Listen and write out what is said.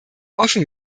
offen